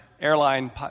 airline